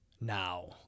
now